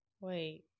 Wait